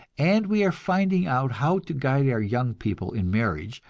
and we are finding out how to guide our young people in marriage,